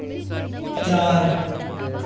चार